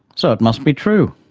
so it must be true.